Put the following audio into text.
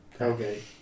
Okay